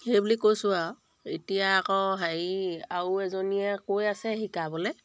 সেই বুলি কৈছোঁ আৰু এতিয়া আকৌ হেৰি আৰু এজনীয়ে কৈ আছে শিকাবলৈ